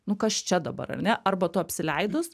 nu kas čia dabar ar ne arba tu apsileidus